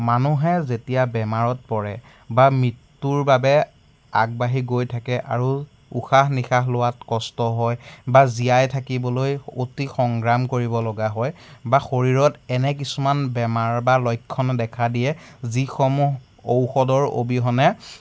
মানুহে যেতিয়া বেমাৰত পৰে বা মৃত্যুৰ বাবে আগবাঢ়ি গৈ থাকে আৰু উশাহ নিশাহ লোৱাত কষ্ট হয় বা জীয়াই থাকিবলৈ অতি সংগ্ৰাম কৰিবলগা হয় বা শৰীৰত এনে কিছুমান বেমাৰ বা লক্ষণ দেখা দিয়ে যিসমূহ ঔষধৰ অবিহনে